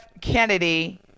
Kennedy